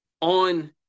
on